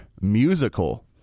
musical